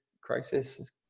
crisis